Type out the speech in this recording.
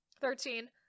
Thirteen